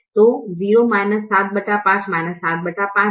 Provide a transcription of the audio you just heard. तो M 7 5 सही है